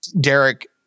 Derek